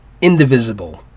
indivisible